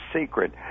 secret